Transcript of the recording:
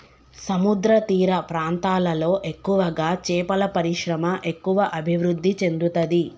సముద్రతీర ప్రాంతాలలో ఎక్కువగా చేపల పరిశ్రమ ఎక్కువ అభివృద్ధి చెందుతది